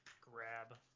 grab